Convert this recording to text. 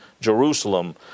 Jerusalem